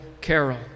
carol